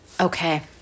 Okay